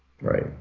Right